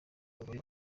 bagore